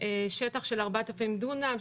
שטח של 4,000 דונם,